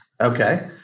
Okay